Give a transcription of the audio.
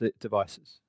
Devices